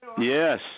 Yes